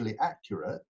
accurate